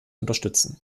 unterstützen